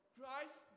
Christ